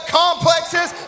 complexes